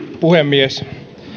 puhemies